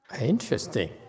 Interesting